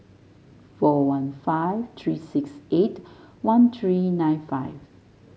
four one five three six eight one three nine five